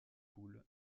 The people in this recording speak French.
poule